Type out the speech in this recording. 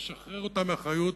תשחרר אותה מאחריות,